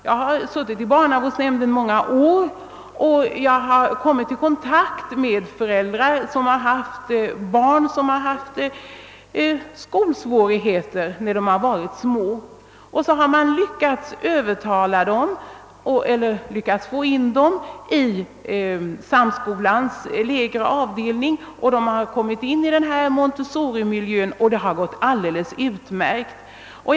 Jag har i många år suttit i barnavårdsnämnden och kommit i kontakt med föräldrar som haft barn som haft skolsvårigheter när de varit små. Så har man lyckats få in dem i samskolans lägre avdelning, de har kommit in i denna montessorimiljö och det har gått alldeles utmärkt för dem.